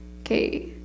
okay